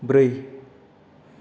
ब्रै